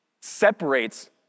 separates